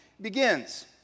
begins